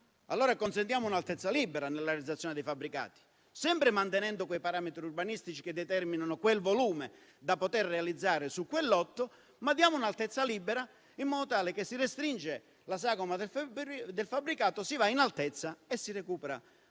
Allora consentiamo un'altezza libera nella realizzazione dei fabbricati, sempre mantenendo quei parametri urbanistici che determinano il volume da poter realizzare su quel lotto. Ma diamo un'altezza libera, in modo tale che si restringe la sagoma del fabbricato, si va in altezza e si recupera